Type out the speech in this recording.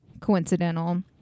coincidental